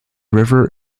river